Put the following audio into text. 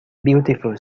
beautiful